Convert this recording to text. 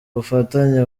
ubufatanye